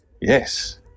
Yes